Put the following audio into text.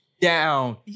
down